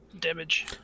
damage